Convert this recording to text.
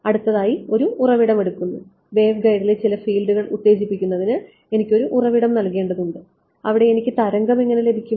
അടുത്തതായി ഒരു ഉറവിടം എടുക്കുന്നു വേവ്ഗൈഡിലെ ചില ഫീൽഡുകൾ ഉത്തേജിപ്പിക്കുന്നതിന് എനിക്ക് ഒരു ഉറവിടം നൽകേണ്ടതുണ്ട് അവിടെ എനിക്ക് തരംഗം എങ്ങനെ ലഭിക്കും